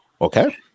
okay